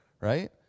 right